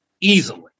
easily